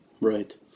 right